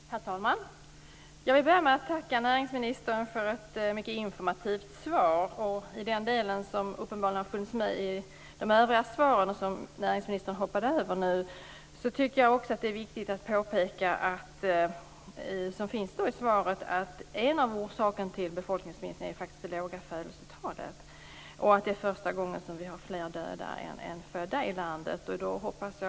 Herr talman! Jag vill börja med att tacka näringsministern för ett mycket informativt svar. Som nämndes i svaret är en av orsakerna till befolkningsminskningen faktiskt det låga födelsetalet och att vi för första gången har fler döda än födda i landet. Det tycker jag är viktigt att påpeka.